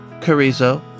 Carizo